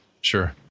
sure